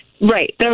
Right